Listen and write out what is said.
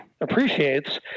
appreciates